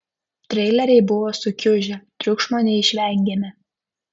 treileriai buvo sukiužę triukšmo neišvengėme